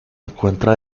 encuentra